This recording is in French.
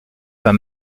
pas